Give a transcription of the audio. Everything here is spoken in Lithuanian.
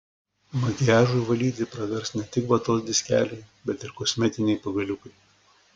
makiažui valyti pravers ne tik vatos diskeliai bet ir kosmetiniai pagaliukai